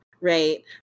Right